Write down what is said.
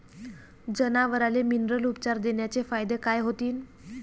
जनावराले मिनरल उपचार देण्याचे फायदे काय होतीन?